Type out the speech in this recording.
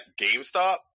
GameStop